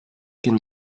can